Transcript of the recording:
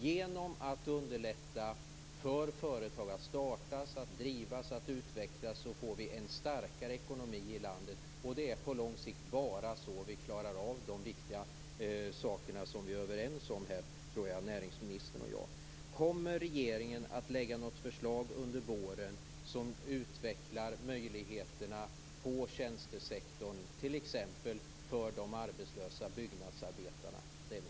Genom att underlätta för företag att starta, driva och utveckla sin verksamhet får vi en starkare ekonomi i landet. På lång sikt är det bara på det sättet som vi klarar av de viktiga saker som jag tror att näringsministern och jag här är överens om. Kommer regeringen under våren att lägga fram något förslag som är sådant att möjligheterna inom tjänstesektorn utvecklas, t.ex. för de arbetslösa byggnadsarbetarna?